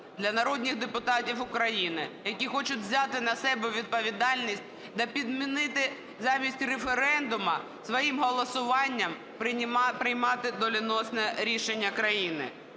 для народних депутатів України, які хочуть взяти на себе відповідальність та підмінити замість референдуму своїм голосуванням приймати доленосне рішення країни.